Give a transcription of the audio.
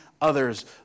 others